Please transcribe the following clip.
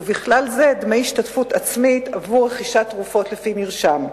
ובכלל זה דמי השתתפות עצמית עבור רכישת תרופות לפי מרשם.